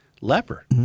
leper